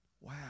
Wow